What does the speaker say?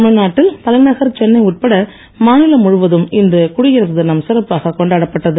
தமிழ்நாட்டில் தலைநகர் சென்னை உட்பட மாநிலம் முழுவதும் இன்று குடியரசு தினம் சிறப்பாகக் கொண்டாடப்பட்டது